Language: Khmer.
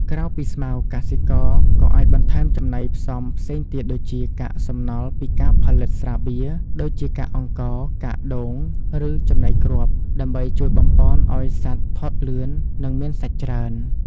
ក្រៅពីស្មៅ កសិករក៏អាចបន្ថែមចំណីផ្សំផ្សេងទៀតដូចជាកាកសំណល់ពីការផលិតស្រាបៀរ ដូចជាកាកអង្ករ កាកដូង ឬចំណីគ្រាប់ ដើម្បីជួយបំប៉នឲ្យសត្វធាត់លឿននិងមានសាច់ច្រើន។